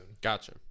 Gotcha